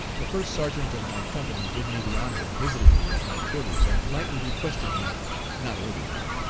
the first sergeant of my company did me the honor of visiting me at my quarters and politely requested me not order me,